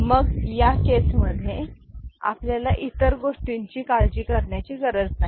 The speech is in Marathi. मग या केस मध्ये आपल्याला इतर गोष्टींची काळजी करण्याची गरज नाही